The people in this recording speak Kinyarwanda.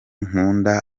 nkunda